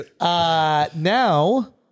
Now